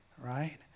Right